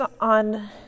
on